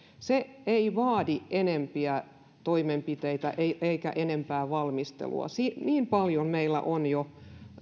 se ei vaadi enempiä toimenpiteitä eikä enempää valmistelua niin paljon meillä on jo